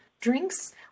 drinks